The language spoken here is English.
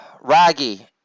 raggy